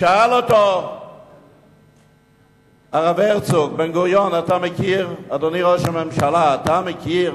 שאל אותו הרב הרצוג: אדוני ראש הממשלה, אתה מכיר